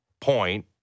point